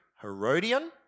Herodian